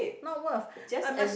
not worth I must